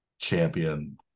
champion